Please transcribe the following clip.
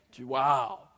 Wow